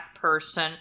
person